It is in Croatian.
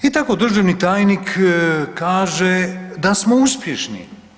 I tako državni tajnik kaže da smo uspješni.